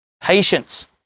Patience